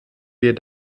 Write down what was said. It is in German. wir